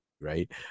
right